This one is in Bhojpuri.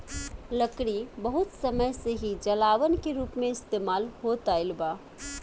लकड़ी बहुत समय से ही जलावन के रूप में इस्तेमाल होत आईल बा